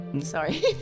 Sorry